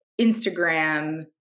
Instagram